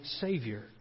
Savior